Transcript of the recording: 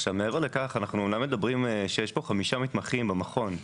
עכשיו מעבר לכך אנחנו אומנם מדברים שיש פה חמישה מתמחים במכון,